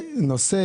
נתנאל